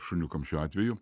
šuniukam šiuo atveju